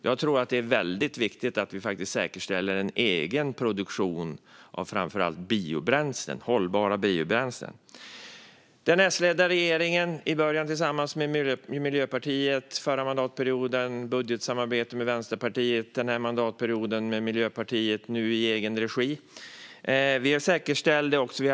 Jag tror att det är väldigt viktigt att vi säkerställer en egen produktion av framför allt hållbara biobränslen. Socialdemokraterna satt från början tillsammans med Miljöpartiet i regeringen. Förra mandatperioden hade vi budgetsamarbete med Vänsterpartiet, den här mandatperioden med Miljöpartiet. Nu har vi regeringsmakten i egen regi.